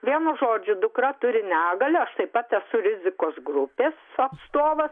vienu žodžiu dukra turi negalią aš taip pat esu rizikos grupės atstovas